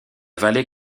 vallée